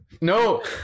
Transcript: No